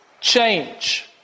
change